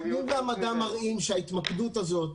הנתונים והמדע מראים שההתמקדות הזאת,